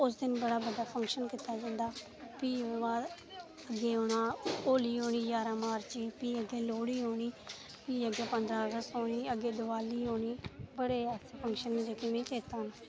उस दिन बड़ा बड्डा फंक्शन कीता जंदा प्ही ओह्दे बाद होली औनी ग्यारहां मार्च गी भी अग्गें लोह्ड़ी औनी प्ही अग्गें पंदरां अगस्त औनी दिवाली औनी बड़े फंक्शन जेह्के मिगी चेता न